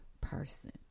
person